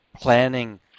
planning